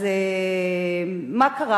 מה קרה?